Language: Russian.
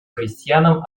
крестьянам